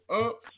up